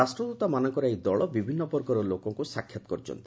ରାଷ୍ଟ୍ରଦୃତମାନଙ୍କର ଏହି ଦଳ ବିଭିନ୍ନ ବର୍ଗର ଲୋକଙ୍କୁ ସାକ୍ଷାତ କରିଛନ୍ତି